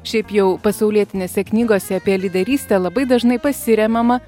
šiaip jau pasaulietinėse knygose apie lyderystę labai dažnai pasiremiama